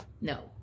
No